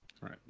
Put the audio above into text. Right